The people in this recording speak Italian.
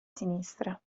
sinistra